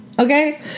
Okay